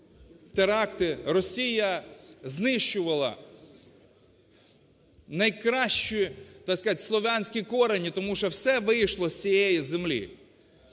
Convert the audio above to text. теракти, Росія знищувала найкращі, так сказати, слов'янські корені, тому що все вийшло з цієї землі.